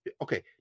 Okay